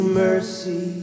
mercy